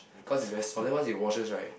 cause it's very soft then once you washes right